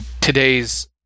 today's